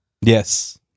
Yes